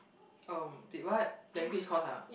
um wait what language course ah